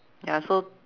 ya so